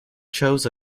chose